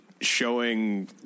showing